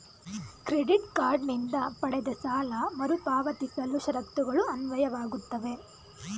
credit card ನಿಂದ ಪಡೆದ ಸಾಲ ಮರುಪಾವತಿಸುವ ಷರತ್ತುಗಳು ಅನ್ವಯವಾಗುತ್ತವೆ